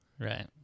right